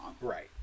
Right